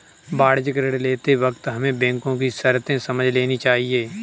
वाणिज्यिक ऋण लेते वक्त हमें बैंको की शर्तें समझ लेनी चाहिए